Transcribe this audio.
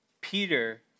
Peter